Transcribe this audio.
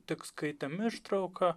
tik skaitėm ištrauką